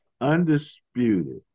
Undisputed